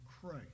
Christ